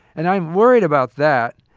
and i'm worried about that,